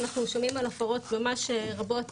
אנחנו שומעים על הפרות ממש רבות